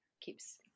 keeps